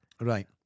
Right